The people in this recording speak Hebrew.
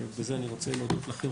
ובזה אני רוצה להודות לכם,